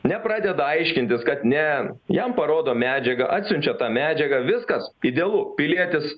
nepradeda aiškintis kad ne jam parodo medžiagą atsiunčia tą medžiagą viskas idealu pilietis